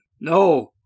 No